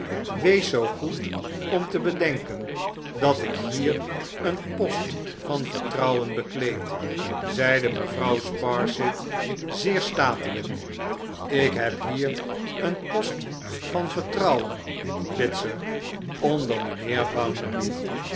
wees zoo goed om te bedenken dat ik hier een post van vertrouwen bekleed zeide mevrouw sparsit zeer statelijk ik heb hier een post van vertrouwen bitzer onder mijnheer